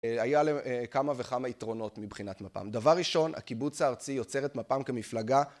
היה כמה וכמה יתרונות מבחינת מפ"ם. דבר ראשון, הקיבוץ הארצי יוצר את מפ"ם כמפלגה.